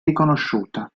riconosciuta